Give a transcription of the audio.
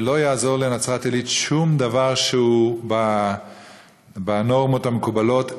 ולא יעזור לנצרת-עילית שום דבר שהוא בנורמות המקובלות,